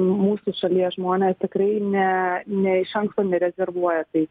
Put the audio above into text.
mūsų šalies žmonės tikrai ne ne iš anksto nerezervuoja tai